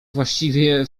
właściwie